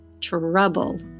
trouble